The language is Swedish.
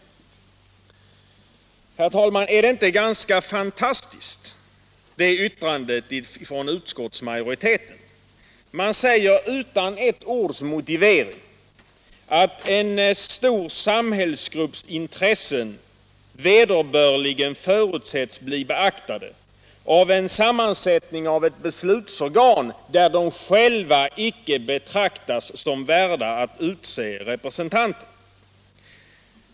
Herr talman! Är det inte ett ganska fantastiskt yttrande från utskottsmajoriteten? Man säger, utan ett ords motivering, att en stor samhällsgrupps intressen vederbörligen förutsätts bli beaktade i ett beslutsorgan till vilket de själva inte betraktas som värdiga att utse representanter.